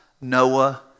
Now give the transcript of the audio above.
Noah